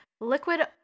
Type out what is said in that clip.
Liquid